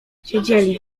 siedzieli